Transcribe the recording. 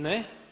Ne.